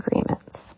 Agreements